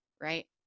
right